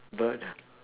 but